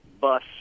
bus